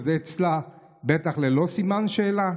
זה אצלה בטח ללא סימן שאלה.